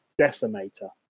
Decimator